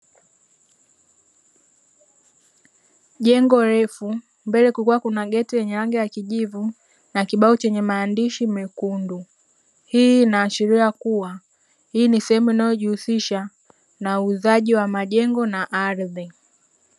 Jengo refu mbele kukiwa kuna geti lenye rangi ya kijivu na kibao chenye maandishi mekundu. Hii inaashiria kuwa hii nisehemu inayojihusiha uuzaji wa majengo na ardhi.